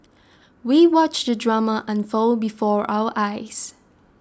we watched the drama unfold before our eyes